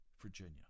Virginia